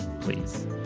please